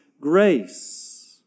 grace